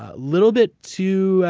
ah little bit too,